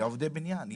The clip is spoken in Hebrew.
לעובדי בניין.